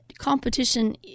competition